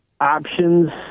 options